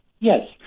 Yes